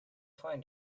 find